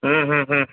ம் ம் ம்